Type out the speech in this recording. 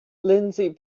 lindsey